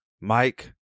Mike